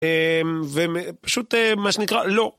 ופשוט מה שנקרא, לא.